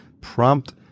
prompt